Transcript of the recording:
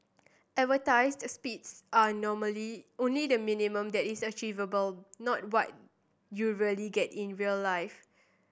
advertised speeds are only the minimum that is achievable not what you really get in real life